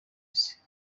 isi